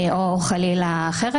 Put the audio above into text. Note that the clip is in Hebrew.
או חלילה אחרת,